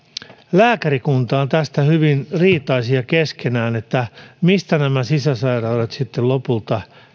lääkärikunta on hyvin riitainen keskenään siitä mistä sisäilmasairaudet lopulta